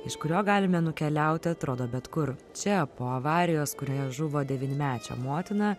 iš kurio galime nukeliauti atrodo bet kur čia po avarijos kurioje žuvo devynmečio motina